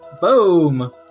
Boom